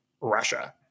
Russia